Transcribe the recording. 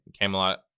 Camelot